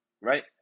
right